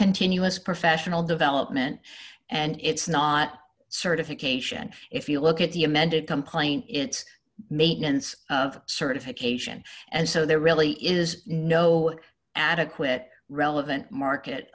continuous professional development and it's not certification if you look at the amended complaint it's maintenance of certification and so there really is no adequate relevant market